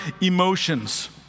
emotions